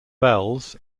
bells